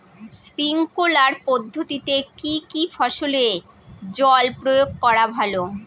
Sprinkler পদ্ধতিতে কি কী ফসলে জল প্রয়োগ করা ভালো?